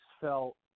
felt –